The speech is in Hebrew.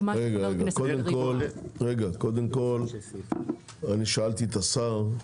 אני שאלתי את השר,